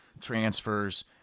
transfers